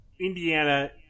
Indiana